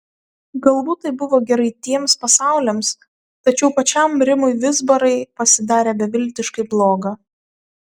galbūt tai buvo gerai tiems pasauliams tačiau pačiam rimui vizbarai pasidarė beviltiškai bloga